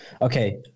Okay